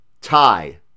tie